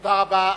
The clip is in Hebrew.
תודה רבה.